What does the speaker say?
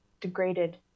degraded